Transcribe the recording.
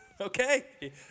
Okay